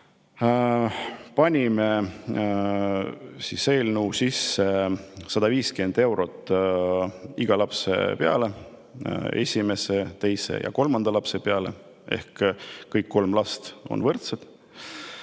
Panime eelnõusse 150 eurot iga lapse eest: esimese, teise ja kolmanda lapse eest. Kõik kolm last on võrdsed.